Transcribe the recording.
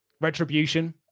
Retribution